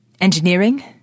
Engineering